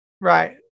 right